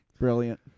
Brilliant